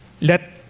Let